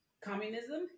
communism